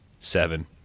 seven